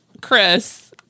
chris